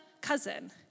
cousin